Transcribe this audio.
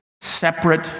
separate